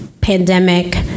pandemic